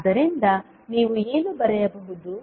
ಆದ್ದರಿಂದ ನೀವು ಏನು ಬರೆಯಬಹುದು